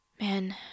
man